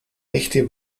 echte